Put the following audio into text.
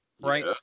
right